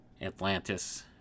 Atlantis